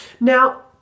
Now